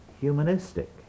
humanistic